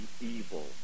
evil